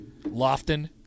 Lofton